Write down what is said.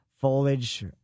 foliage